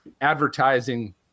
advertising